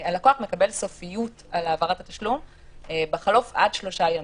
הלקוח מקבל סופיות על העברת התשלום בחלוף עד שלושה ימים.